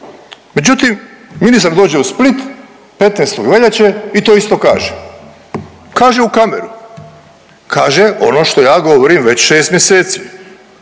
Međutim ministar dođe u Split 15. veljače i to isto kaže, kaže u kameru, kaže ono što ja govorim već 6 mjeseci,